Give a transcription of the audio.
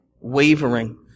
wavering